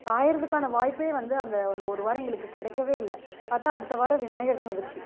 காயறதுக்கான வாய்ப்பு வந்து அந்த அந்த ஒரு வாரம் எங்களுக்கு கிடைக்கவே இல்லை பார்த்தா அடுத்த வாரம் விநாயகர் சதுர்த்தி